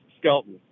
Skeleton